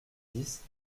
dix